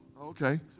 Okay